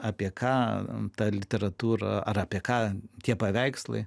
apie ką ta literatūra ar apie ką tie paveikslai